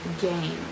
game